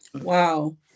Wow